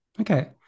Okay